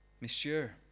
Monsieur